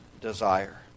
desire